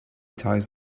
ties